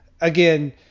again